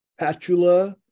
patula